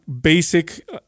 basic